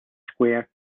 square